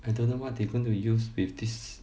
I don't know what they are going to use with this